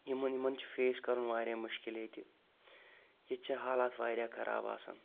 یِمن یِمن چُھ فیس کرُن واریاہ مُشکِل ییٚتہِ ییٚتہِ چھ حالات واریاہ خراب آسان